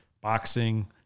boxing